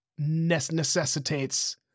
necessitates